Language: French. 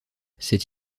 cette